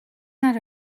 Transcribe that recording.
not